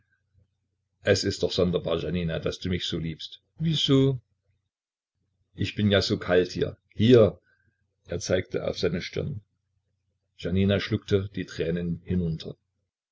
es ist doch sonderbar jania daß du mich so liebst wieso ich bin ja so kalt hier hier er zeigte auf seine stirn janina schluckte die tränen hinunter